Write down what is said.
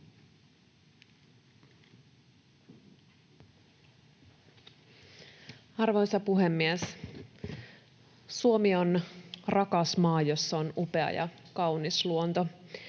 Arvoisa puhemies! Suomi on rakas maa, jossa on upea ja kaunis luonto.